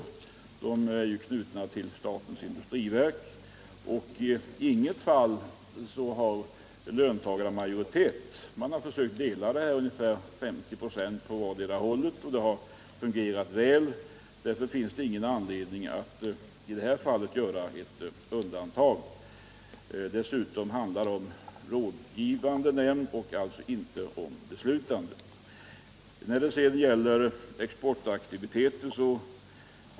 De är knutna till statens industriverk, och i inget fall har löntagarna majoritet. Man har försökt fördela nämndernas ledamöter med ungefär 50 96 på vardera sidan, och det har fungerat väl. Därför finns det ingen anledning att i det här fallet göra ett undantag. Dessutom handlar det ju om en rådgivande nämnd och inte om en beslutande.